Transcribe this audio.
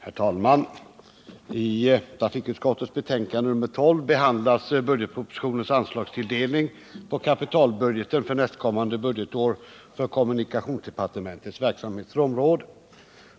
Herr talman! I trafikutskottets betänkande nr 12 behandlas budgetpropositionens anslagstilldelning på kapitalbudgeten för nästkommande budgetår inom kommunikationsdepartementets verksamhetsområde.